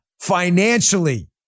financially